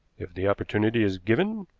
if the opportunity is given,